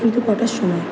কিন্তু কটার সময়